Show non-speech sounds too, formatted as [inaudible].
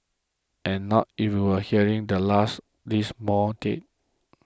and not [unintelligible] hearing the last these mall deaths